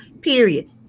period